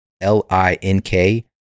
L-I-N-K